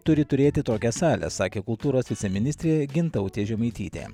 turi turėti tokią salę sakė kultūros viceministrė gintautė žemaitytė